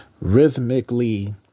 rhythmically